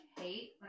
hate